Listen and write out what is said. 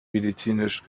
medizinisch